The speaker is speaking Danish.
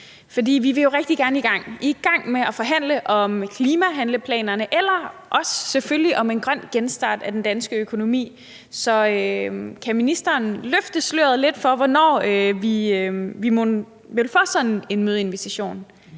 rigtig gerne vil i gang med at forhandle om klimahandleplanerne og selvfølgelig også om en grøn genstart af den danske økonomi. Så kan ministeren løfte sløret lidt for, hvornår vi mon vil få sådan en mødeinvitation?